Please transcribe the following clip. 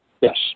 Yes